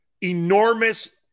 enormous